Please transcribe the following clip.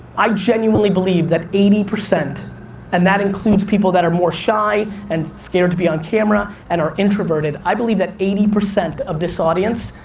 i genuinely believe that eighty percent and that includes people that are more shy and scared to be on camera, and are introverted, i believe that eighty percent of this audience,